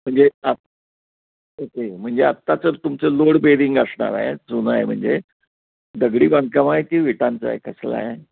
म्हणजे आ ओके म्हणजे आत्ता तर तुमचं लोडबेरिंग असणार आहे जुनं आहे म्हणजे दगडी बांधकाम आहे की विटांचं आहे कसलं आहे